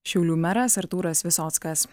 šiaulių meras artūras visockas